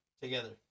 together